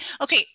Okay